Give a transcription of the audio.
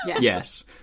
yes